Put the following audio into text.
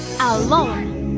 alone